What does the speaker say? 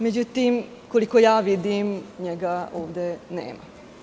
Međutim, koliko ja vidim, njega ovde nema.